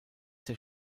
der